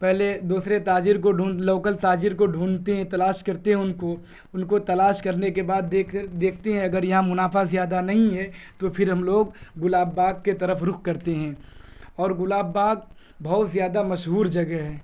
پہلے دوسرے تاجر کو ڈھونڈ لوکل تاجر کو ڈھونڈھتے ہیں تلاش کرتے ہیں ان کو ان کو تلاش کرنے کے بعد دیکھ دیکھتے ہیں اگر یہاں منافع زیادہ نہیں ہے تو پھر ہم لوگ گلاب باغ کے طرف رخ کرتے ہیں اور گلاب باغ بہت زیادہ مشہور جگہ ہے